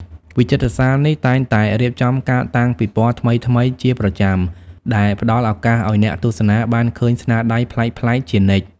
វិចិត្រសាលនេះតែងតែរៀបចំការតាំងពិពណ៌ថ្មីៗជាប្រចាំ ដែលផ្តល់ឱកាសឲ្យអ្នកទស្សនាបានឃើញស្នាដៃប្លែកៗជានិច្ច។